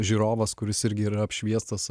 žiūrovas kuris irgi yra apšviestas